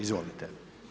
Izvolite.